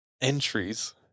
entries